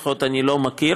לפחות אני לא מכיר,